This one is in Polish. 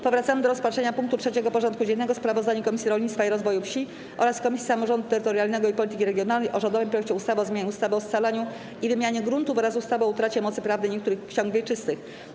Powracamy do rozpatrzenia punktu 3. porządku dziennego: Sprawozdanie Komisji Rolnictwa i Rozwoju Wsi oraz Komisji Samorządu Terytorialnego i Polityki Regionalnej o rządowym projekcie ustawy o zmianie ustawy o scalaniu i wymianie gruntów oraz ustawy o utracie mocy prawnej niektórych ksiąg wieczystych.